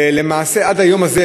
ולמעשה עד היום הזה,